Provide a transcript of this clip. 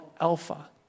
Alpha